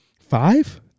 Five